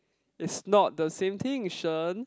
it's not the same thing Shen